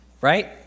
Right